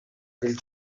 del